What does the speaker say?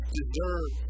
deserve